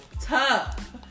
tough